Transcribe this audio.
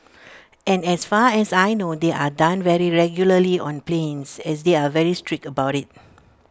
and as far as I know they are done very regularly on planes as they are very strict about IT